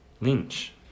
Lynch